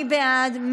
מי בעד?